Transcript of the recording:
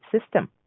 system